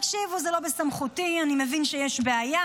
תקשיבו, זה לא בסמכותי, אני מבין שיש בעיה,